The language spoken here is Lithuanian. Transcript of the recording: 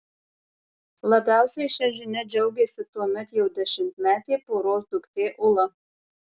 labiausiai šia žinia džiaugėsi tuomet jau dešimtmetė poros duktė ula